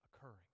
occurring